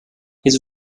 his